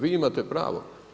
Vi imate pravo.